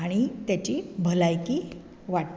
आनी ताची भलायकी वाडटा